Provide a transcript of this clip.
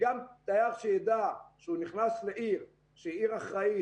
תייר שיידע שהוא נכנס לעיר שהיא עיר אחראית,